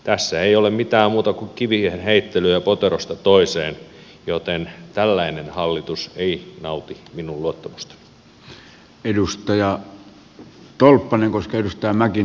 tässä ei ole mitään muuta kuin kivien heittelyä poterosta toiseen joten tällainen hallitus ei nauti minun luottamustani